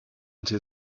into